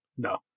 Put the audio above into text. No